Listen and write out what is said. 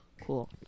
cool